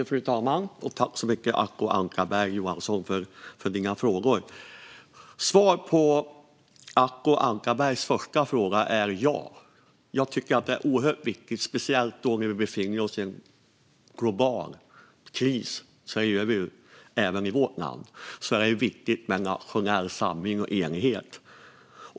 Fru talman! Tack, Acko Ankarberg Johansson, för frågorna! Svaret på Acko Ankarbergs första fråga är ja. Jag tycker att detta är oerhört viktigt. Speciellt då vi befinner oss i en global kris, vilket vi gör även i vårt land, är det viktigt med nationell samling och enighet.